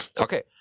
okay